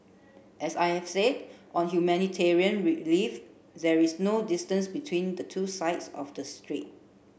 as I have said on humanitarian relief there is no distance between the two sides of the strait